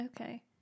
Okay